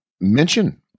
mention